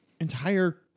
entire